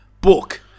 Book